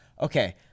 Okay